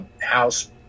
house